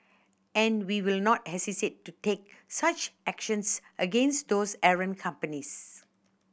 and we will not hesitate to take such actions against those errant companies